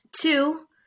Two